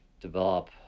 develop